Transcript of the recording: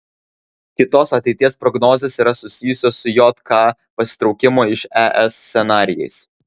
kitos ateities prognozės yra susijusios su jk pasitraukimo iš es scenarijais